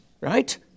right